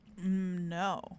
No